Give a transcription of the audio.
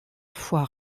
fois